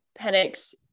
Penix